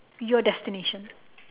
your destination